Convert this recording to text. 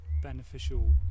Beneficial